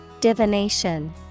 Divination